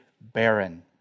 barren